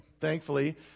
thankfully